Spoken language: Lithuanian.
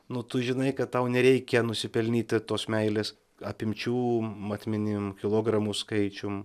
nu tu žinai kad tau nereikia nusipelnyti tos meilės apimčių matmenim kilogramų skaičium